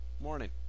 Morning